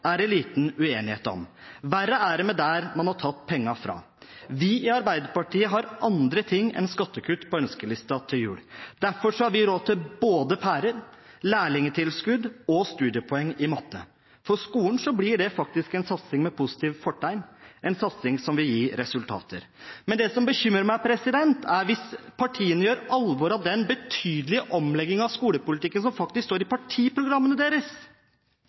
er det liten uenighet om – verre er det med der man har tatt pengene fra. Vi i Arbeiderpartiet har andre ting enn skattekutt på ønskelisten til jul. Derfor har vi råd til både pærer, lærlingtilskudd og studiepoeng i matte. For skolen blir det faktisk en satsing med positivt fortegn, en satsing som vil gi resultater. Men det som bekymrer meg, er hvis partiene gjør alvor av den betydelige omleggingen av skolepolitikken som faktisk står i partiprogrammene deres